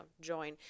join